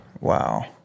Wow